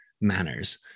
manners